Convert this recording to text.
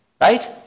Right